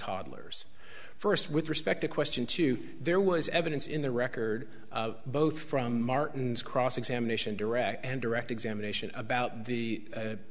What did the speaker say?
toddlers first with respect to question two there was evidence in the record both from martin's cross examination direct and direct examination about the